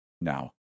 now